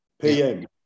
PM